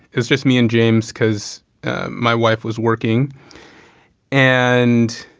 it was just me and james because my wife was working and